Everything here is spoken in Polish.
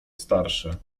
starsze